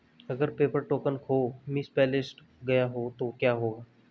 अगर paper token खो misplaced गया तो क्या होगा?